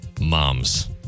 Moms